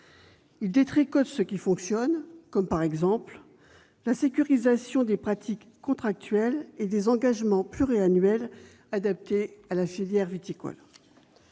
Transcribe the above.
Il détricotait ce qui fonctionne, comme la sécurisation des pratiques contractuelles et des engagements pluriannuels adaptés à la filière viticole.